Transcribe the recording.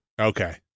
Okay